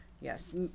yes